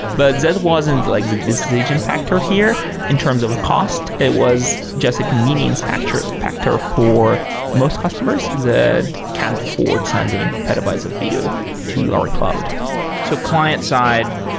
but that wasn't like the decision factor here in terms of cost. it was just a convenience factor factor for most customers that can't afford sending petabytes of video to our cloud so client side,